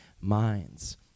minds